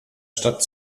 stadt